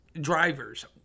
drivers